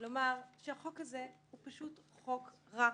שהחוק הזה הוא פשוט חוק רע,